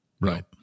right